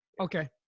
Okay